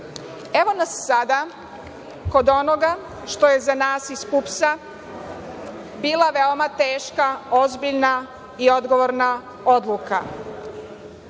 nas sada kod onoga što je za nas iz PUPS bila veoma teška, ozbiljna i odgovorna odluka.